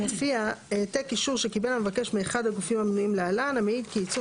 מופיע העתק אישור שקיבל המבקש מאחד הגופים המנויים להלן המעיד כי ייצור